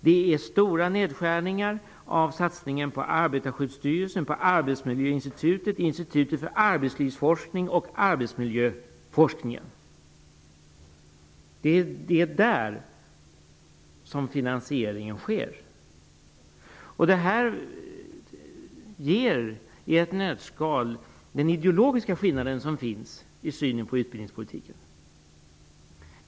Det är fråga om stora nedskärningar när det gäller satsningen på Arbetarskyddsstyrelsen, på Arbetsmiljöinstitutet, på Institutet för arbetslivsforskning och på arbetsmiljöforskningen. Det är där som finansieringen tas. Detta visar i ett nötskal den ideologiska skillnad som finns i synen på utbildningspolitiken.